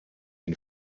and